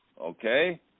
okay